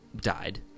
died